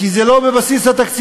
כי זה לא בבסיס התקציב.